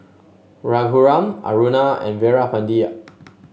Raghuram Aruna and Veerapandiya